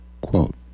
quote